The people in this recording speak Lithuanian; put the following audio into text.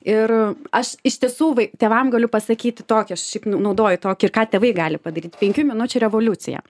ir aš iš tiesų tėvam galiu pasakyti tokį aš šiaip naudoju tokį ir ką tėvai gali padaryt penkių minučių revoliucija